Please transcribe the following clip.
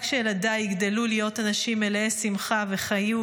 רק שילדיי יגדלו להיות אנשים מלאי שמחה וחיות,